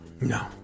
No